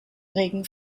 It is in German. regen